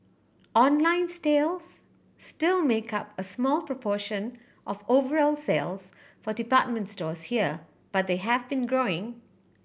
online still make up a small proportion of overall sales for department stores here but they have been growing